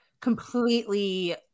completely